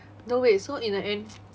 no wait so in the end